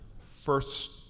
first